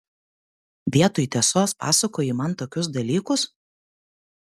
vietoj tiesos pasakoji man tokius dalykus